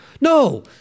No